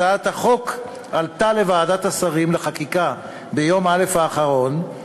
הצעת החוק עלתה לוועדת השרים לחקיקה ביום א' האחרון,